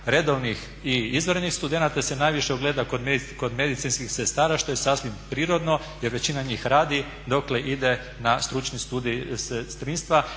redovnih i izvanrednih studenata se najviše ogleda kod medicinskih sestara što je sasvim prirodno jer većina njih radi dokle ide na Stručni studij sestrinstva